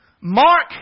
Mark